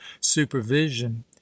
supervision